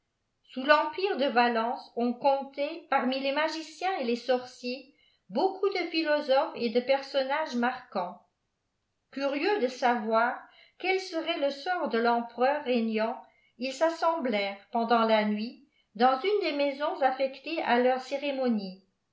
sous l'empire de valons on comptait parmi les magiciens et les sorciers beaucoup de philosophes et de personnages marquants gurieux de savoir quel serait le sort de l'empereur régnant ils s'assemblèrent pendant la nuit dans une des maisons affectées à leurs cérémonies